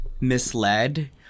misled